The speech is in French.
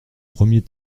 premier